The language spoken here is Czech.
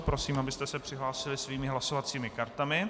Prosím, abyste se přihlásili svými hlasovacími kartami.